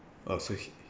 oh so he